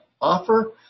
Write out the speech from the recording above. offer